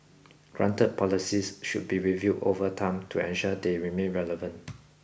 granted policies should be reviewed over time to ensure they remain relevant